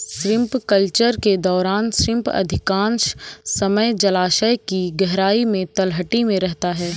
shrimp culture के दौरान shrimp अधिकांश समय जलायश की गहराई में तलहटी में रहता है